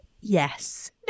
Yes